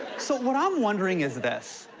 so what i'm wondering is this,